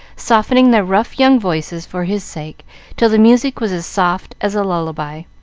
softening their rough young voices for his sake till the music was as soft as a lullaby.